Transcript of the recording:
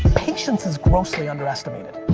patience is grossly underestimated.